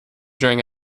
during